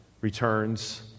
returns